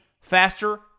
faster